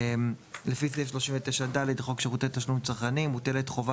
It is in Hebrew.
לפי סעיף 39ד לחוק שירותי תשלום צרכני מוטלת חובה